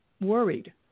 worried